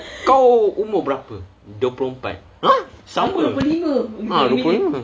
kau umur berapa dua puluh empat !huh! sama ha dua puluh lima